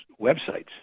websites